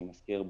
אני מזכיר,